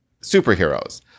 superheroes